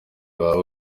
bwawe